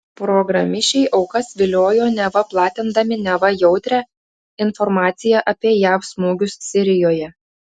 programišiai aukas viliojo neva platindami neva jautrią informaciją apie jav smūgius sirijoje